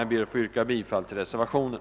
Jag ber att få yrka bifall till reservationen.